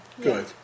Good